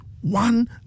One